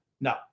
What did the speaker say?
No